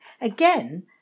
Again